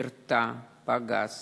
ירתה פגז